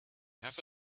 have